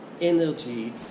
Energy